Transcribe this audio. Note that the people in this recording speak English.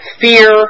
fear